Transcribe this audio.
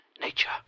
nature